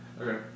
Okay